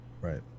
Right